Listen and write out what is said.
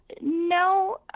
no